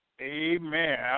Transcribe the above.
Amen